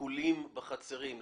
עיקולים בחצרים.